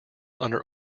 under